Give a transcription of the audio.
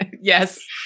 Yes